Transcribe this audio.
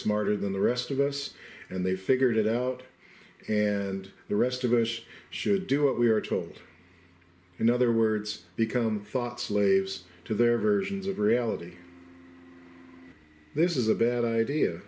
smarter than the rest of us and they figured it out and the rest of us should do what we are told in other words become thought slaves to their versions of reality this is a bad idea